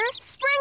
Spring